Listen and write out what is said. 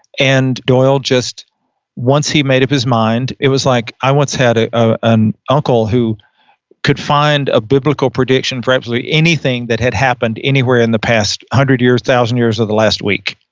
and doyle just once he made up his mind, it was like, i once had ah ah an uncle who could find a biblical prediction for absolutely anything that had happened anywhere in the past hundred years, thousand years of the last week.